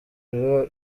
ibura